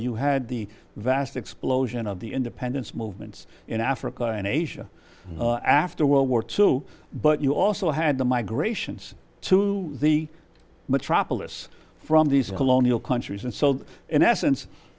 you had the vast explosion of the independence movements in africa and asia after world war two but you also had the migrations to the metropolis from these colonial countries and so in essence